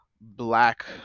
black